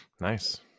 nice